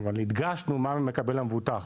אבל הדגשנו מה מקבל המבוטח,